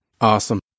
Awesome